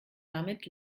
damit